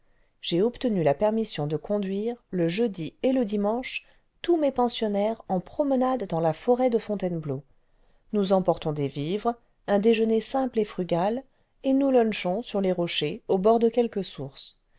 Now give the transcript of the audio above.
j'ai obtenu la permission de conduire le jeudi et le dimanche tous mes pensionnaires en promenade dans la forêt de fontainebleau nous emportons des vivres un déjeuner simple et frugal et nous lunchons sur les rochers au bord de quelque source